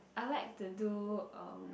I like to do um